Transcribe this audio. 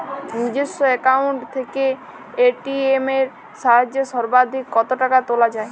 নিজস্ব অ্যাকাউন্ট থেকে এ.টি.এম এর সাহায্যে সর্বাধিক কতো টাকা তোলা যায়?